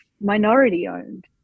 minority-owned